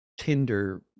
Tinder